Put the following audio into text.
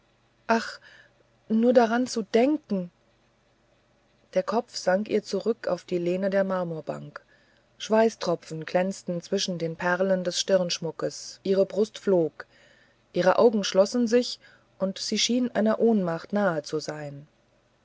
ach nur daran zu denken der kopf sank ihr zurück auf die lehne der marmorbank schweißtropfen erglänzten zwischen den perlen des stirnschmuckes ihre brust flog ihre augen schlossen sich und sie schien einer ohnmacht nahe zu sein